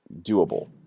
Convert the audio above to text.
doable